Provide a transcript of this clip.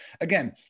Again